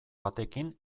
batekin